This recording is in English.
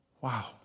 Wow